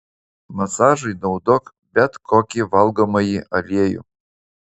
masažui naudok bet kokį valgomąjį aliejų